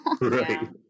Right